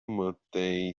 mantém